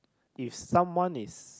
if someone is